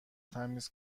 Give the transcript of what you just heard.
تمیز